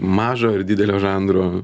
mažo ir didelio žanro